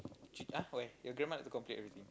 ah where your grandma like to complete everything